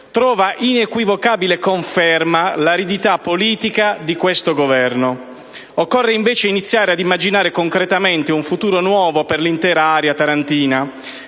Trova inequivocabile conferma l'aridità politica di questo Governo. Occorre invece iniziare a immaginare concretamente un futuro nuovo per l'intera area tarantina